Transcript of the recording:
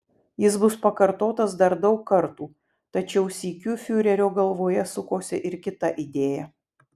jis bus pakartotas dar daug kartų tačiau sykiu fiurerio galvoje sukosi ir kita idėja